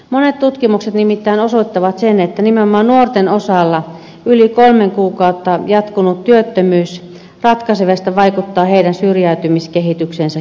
monet tutkimukset nimittäin osoittavat sen että nimenomaan nuorten osalta yli kolme kuukautta jatkunut työttömyys ratkaisevasti vaikuttaa heidän syrjäytymiskehitykseensä kielteisesti